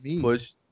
Push